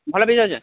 ভালো ফিচার আছে